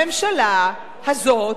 הממשלה הזאת,